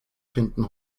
finden